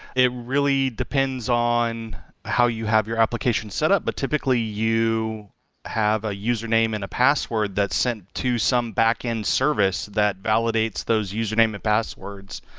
it really depends on how you have your application setup, but typically you have username and a password that's sent to some back-end service that validates those username and passwords,